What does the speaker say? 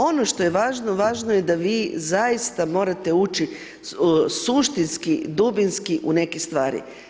Ono što je važno, važno je da vi zaista, morate ući suštinski, dubinski u neke stvari.